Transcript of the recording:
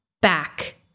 back